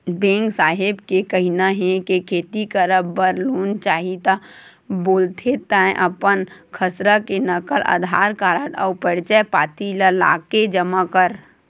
bank साहेब के कहिना हे के खेती करब बर लोन चाही ता बोलथे तंय अपन खसरा के नकल, अधार कारड अउ परिचय पाती ल लाके जमा कर